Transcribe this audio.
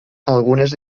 algunes